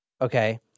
Okay